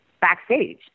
backstage